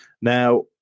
Now